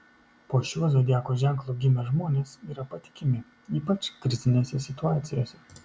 po šiuo zodiako ženklu gimę žmonės yra patikimi ypač krizinėse situacijose